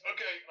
Okay